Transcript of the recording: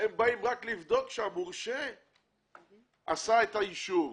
הם באים רק לבדוק שהמורשה נתן את האישור,